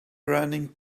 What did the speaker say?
running